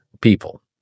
people